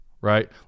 right